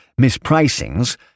mispricings